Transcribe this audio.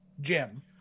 Jim